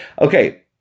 okay